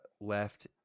left